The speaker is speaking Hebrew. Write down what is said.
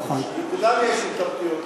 לכולם יש התלבטויות,